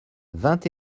vingt